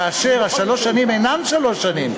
כאשר שלוש השנים אינן שלוש שנים,